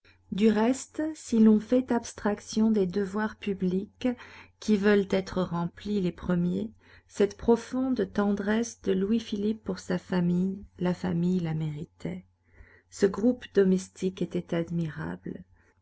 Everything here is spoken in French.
du reste si l'on fait abstraction des devoirs publics qui veulent être remplis les premiers cette profonde tendresse de louis-philippe pour sa famille la famille la méritait ce groupe domestique était admirable